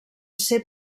ser